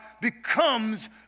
becomes